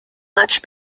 much